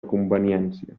conveniència